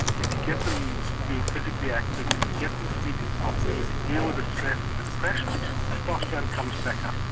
if you get them physically active, if you get them sleeping properly, if you deal with the stress and the depression the testosterone comes back up.